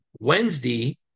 Wednesday